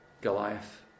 Goliath